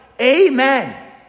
Amen